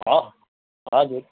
हस् हजुर